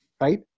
right